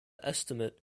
estimate